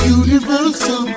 universal